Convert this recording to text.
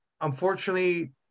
Unfortunately